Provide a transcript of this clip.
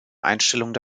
einstellung